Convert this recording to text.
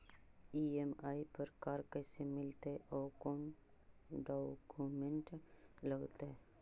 EMI पर car कैसे मिलतै औ कोन डाउकमेंट लगतै?